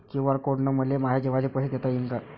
QR code न मले माये जेवाचे पैसे देता येईन का?